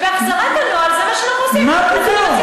ובהחזרת הנוהל, זה מה שאנחנו עושים, מה פתאום.